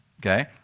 Okay